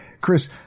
Chris